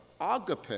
agape